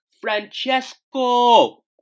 Francesco